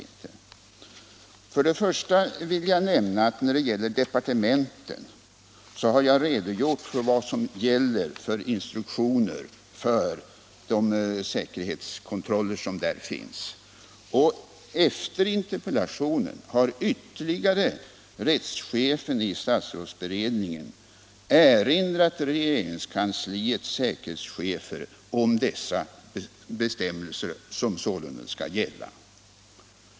Därför vill jag nämna att när det gäller departementet har jag redogjort för de instruktioner som finns beträffande säkerhetskontroller. Efter interpellationen har ytterligare rättschefen i statsrådsberedningen erinrat regeringskansliets säkerhetschefer om dessa bestämmelser som sålunda skall gälla.